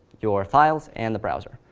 your files and the browser.